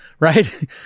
Right